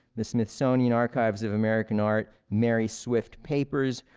the smithsonian archives of american art, mary swift papers,